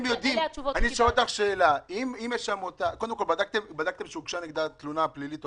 קודם כל, בדקתם שהוגשה נגדה פלילית?